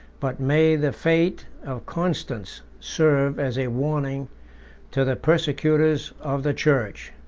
but may the fate of constans serve as a warning to the persecutors of the church!